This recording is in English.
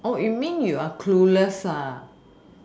oh you mean you're clueless ah